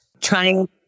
Trying